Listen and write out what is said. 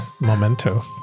memento